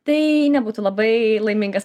tai nebūtų labai laimingas